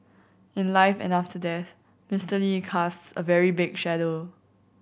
in life and after death Mister Lee casts a very big shadow